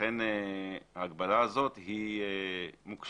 לכן ההגבלה הזאת היא מוקשית.